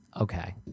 Okay